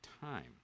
time